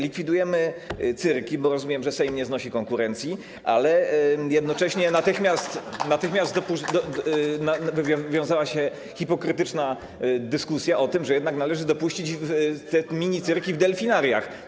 Likwidujemy cyrki, bo rozumiem, że Sejm nie znosi konkurencji, [[Wesołość na sali, oklaski]] ale jednocześnie natychmiast wywiązała się hipokrytyczna dyskusja o tym, że jednak należy dopuścić minicyrki w delfinariach.